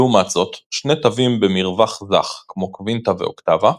לעומת זאת שני תווים במרווח זך כמו קווינטה ואוקטבה,